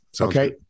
okay